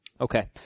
Okay